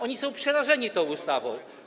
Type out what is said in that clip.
Oni są przerażeni tą ustawą.